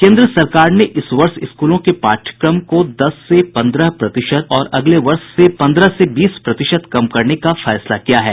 केन्द्र सरकार ने इस वर्ष स्कूलों के पाठ्यक्रम को दस से पन्द्रह प्रतिशत और अगले वर्ष पन्द्रह से बीस प्रतिशत कम करने का फैसला किया है